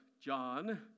John